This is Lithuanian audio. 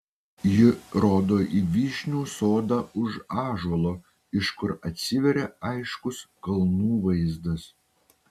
ji rodo į vyšnių sodą už ąžuolo iš kur atsiveria aiškus kalnų vaizdas